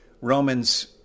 Romans